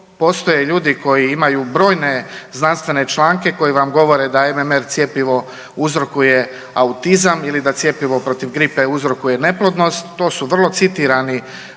postoje ljudi koji imaju brojne znanstvene članke koji vam govore da je MMR cjepivo uzrokuje autizam ili da cjepivo protiv grupe uzrokuje neplodnost to su vrlo citirani